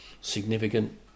significant